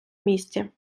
місті